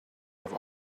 i’ve